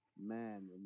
man